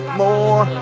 more